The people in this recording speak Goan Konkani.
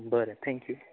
बरें थँक्यू